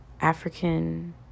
african